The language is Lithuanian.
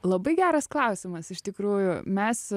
labai geras klausimas iš tikrųjų mes